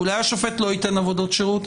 ואולי השופט לא ייתן עבודות שירות?